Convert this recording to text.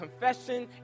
confession